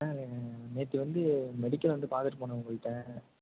நேற்று வந்து மெடிக்கல் வந்து பார்த்துட்டு போன உங்கள்கிட்ட